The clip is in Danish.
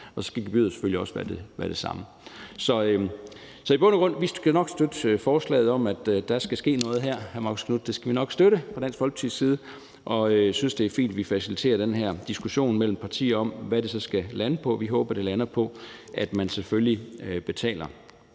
Og så skal beløbet selvfølgelig også være det samme. Så i bund og grund skal vi nok støtte forslaget om, at der skal ske noget her, hr. Marcus Knuth. Det skal vi nok støtte fra Dansk Folkepartis side, og vi synes, det er fint at facilitere den her diskussion mellem partier om, hvad det så skal lande på. Vi håber, det lander på, at man selvfølgelig betaler